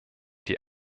die